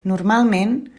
normalment